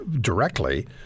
directly